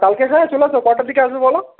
কালকে হ্যাঁ চলে আসবে কয়টার দিকে আসবে বলো